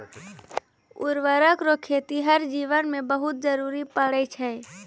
उर्वरक रो खेतीहर जीवन मे बहुत जरुरी पड़ै छै